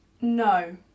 No